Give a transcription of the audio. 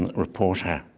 and reporter,